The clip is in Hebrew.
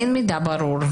אין מידע ברור.